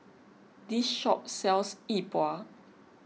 this shop sells Yi Bua